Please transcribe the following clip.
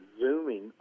zooming